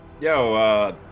Yo